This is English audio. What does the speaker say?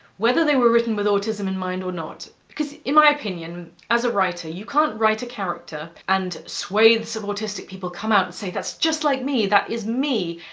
whether they were written with autism in mind or not. because in my opinion, as a writer, you can't write a character and swathes of autistic people come out and say, that's just like me that is me,